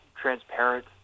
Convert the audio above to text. transparent